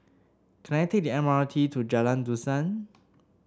can I take the M R T to Jalan Dusan